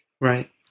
Right